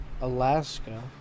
Alaska